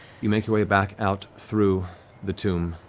you make your way back out through the tomb.